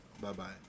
Bye-bye